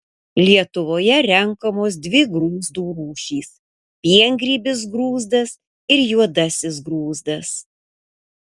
lietuvoje renkamos dvi grūzdų rūšys piengrybis grūzdas ir juodasis grūzdas